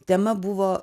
tema buvo